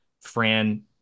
Fran